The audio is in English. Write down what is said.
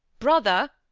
brother,